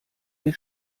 mir